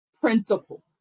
principle